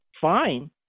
Fine